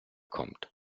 kommt